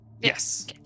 yes